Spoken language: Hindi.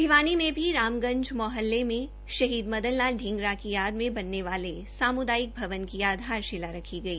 भिवानी में भी रामगंध मोहल्ले मे शहीद मदन लाल श्रींगरा की याद मे बनने वाले सामुदायिक भवन की आधारशिला रखी गई